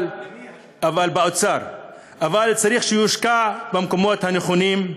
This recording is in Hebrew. אבל צריך שהוא יושקע במקומות הנכונים.